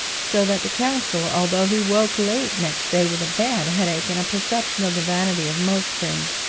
so that the consul, although he awoke late next day with a bad headache and a perception of the vanity of most things,